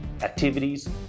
activities